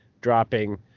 dropping